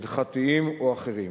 הלכתיים או אחרים.